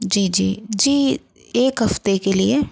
जी जी जी एक हफ्ते के लिए